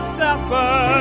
suffer